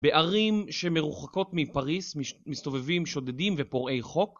בערים שמרוחקות מפריס מסתובבים שודדים ופורעי חוק